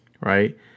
right